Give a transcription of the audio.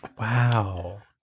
Wow